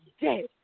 dead